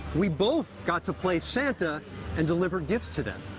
we both got to play santa and deliver gifts to them.